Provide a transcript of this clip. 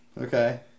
Okay